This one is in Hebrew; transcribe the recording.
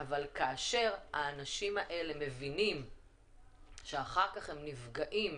אבל כאשר האנשים האלה מבינים שאחר כך הם נפגעים